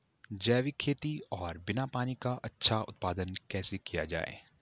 जैविक खेती और बिना पानी का अच्छा उत्पादन कैसे किया जाए?